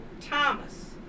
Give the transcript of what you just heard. Thomas